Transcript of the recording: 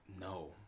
No